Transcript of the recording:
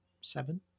seven